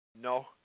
no